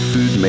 Food